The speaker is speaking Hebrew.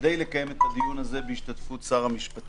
כדי לקיים את הדיון הזה בהשתתפות שר המשפטים,